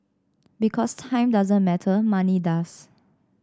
because time doesn't matter money does